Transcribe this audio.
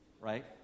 right